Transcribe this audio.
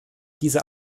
diese